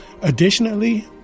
additionally